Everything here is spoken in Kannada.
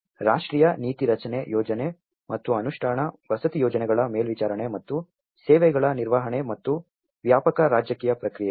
ರಾಷ್ಟ್ರೀಯ ನೀತಿ ರಚನೆ ಯೋಜನೆ ಮತ್ತು ಅನುಷ್ಠಾನ ವಸತಿ ಯೋಜನೆಗಳ ಮೇಲ್ವಿಚಾರಣೆ ಮತ್ತು ಸೇವೆಗಳ ನಿರ್ವಹಣೆ ಮತ್ತು ವ್ಯಾಪಕ ರಾಜಕೀಯ ಪ್ರಕ್ರಿಯೆಗಳು